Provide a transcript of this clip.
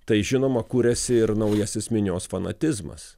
tai žinoma kuriasi ir naujasis minios fanatizmas